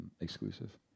exclusive